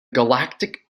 galactic